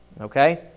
Okay